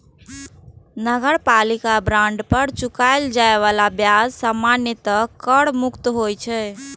नगरपालिका बांड पर चुकाएल जाए बला ब्याज सामान्यतः कर मुक्त होइ छै